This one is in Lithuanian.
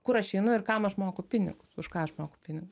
kur aš einu ir kam aš moku pinigus už ką aš moku pinigus